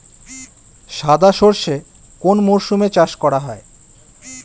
সাদা সর্ষে কোন মরশুমে চাষ করা হয়?